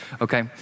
okay